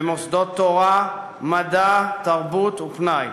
במוסדות תורה, מדע, תרבות ופנאי,